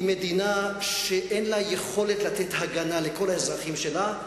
עם מדינה שאין לה יכולת לתת הגנה לכל האזרחים שלה,